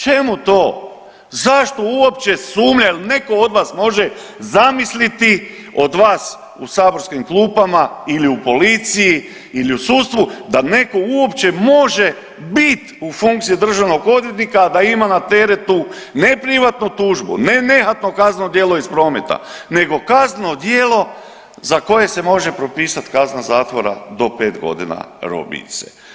Čemu to, zašto uopće sumnjat jel neko od vas može zamisliti od vas u saborskim klupama ili u policiji ili u sudstvu da neko uopće može bit u funkciji državnog odvjetnika, a da ima na teretu ne privatnu tužbu, ne nehatno kazneno djelo iz prometa nego kazneno djelo za koje se može propisat kazna zatvora do pet godina robijice?